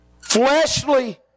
fleshly